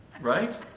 right